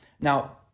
Now